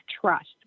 trust